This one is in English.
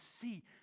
see